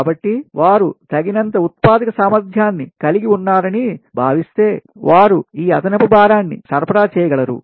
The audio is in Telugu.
కాబట్టి వారు తగినంత ఉత్పాదక సామర్థ్యాన్ని కలిగి ఉన్నారని భావిస్తే వారు ఈ అదనపు భారాన్ని సరఫరా చేయగలరు